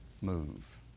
move